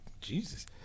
Jesus